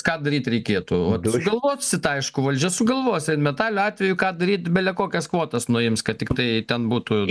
ką daryt reikėtų va sugalvot sit aišku valdžia sugalvos reinmetalio atveju ką daryt bele kokias kvotas nuims kad tiktai ten būtų